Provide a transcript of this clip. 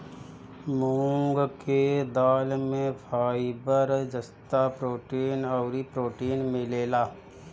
मूंग के दाल में फाइबर, जस्ता, प्रोटीन अउरी प्रोटीन मिलेला